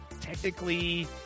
Technically